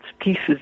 pieces